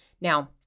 Now